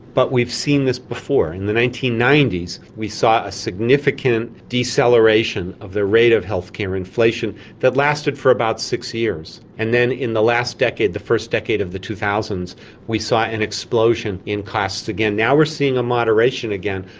but we've seen this before. in the nineteen ninety s we saw a significant deceleration of the rate of healthcare inflation that lasted for about six years, and then in the last decade, the first decade of the two thousand s we saw an explosion in costs again. now we're seeing a moderation again.